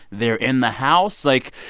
they're in the house. like,